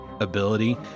ability